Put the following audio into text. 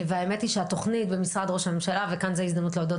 והאמת היא שהתוכנית במשרד ראש הממשלה וכאן זו הזדמנות להודות